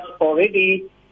already